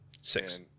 six